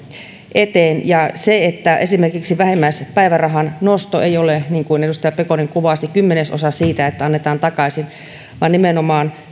eteen ja esimerkiksi vähimmäispäivärahan nosto ei tarkoita niin kuin edustaja pekonen kuvasi että annetaan takaisin kymmenesosa vaan nimenomaan